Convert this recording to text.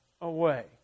away